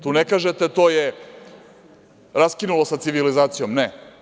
Tu ne kažete - to je raskinulo sa civilizacijom, ne.